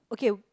okay